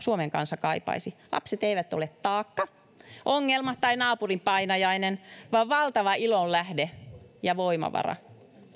suomen kansa kaipaisi lapset eivät ole taakka ongelma tai naapurin painajainen vaan valtava ilonlähde ja voimavara